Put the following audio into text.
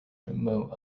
remote